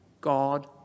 God